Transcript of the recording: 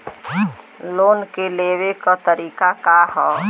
Loan के लेवे क तरीका का ह?